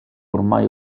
ormai